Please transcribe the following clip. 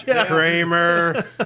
Kramer